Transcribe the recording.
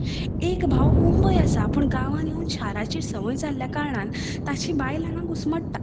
एक भाव मुंबय आसा पूण गांवांत येवून शाराची संवय जाल्ल्या कारणान ताची बायल हांगा घुसमट्टा